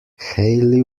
hayley